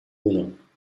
uno